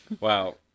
Wow